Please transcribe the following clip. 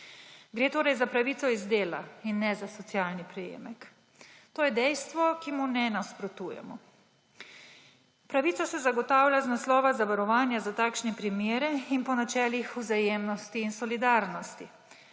Gre torej za pravico iz dela in ne za socialni prejemek. To je dejstvo, ki mu ne nasprotujemo. Pravica se zagotavlja iz naslova zavarovanja za takšne primere in po načelih vzajemnosti in solidarnosti.